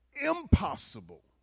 impossible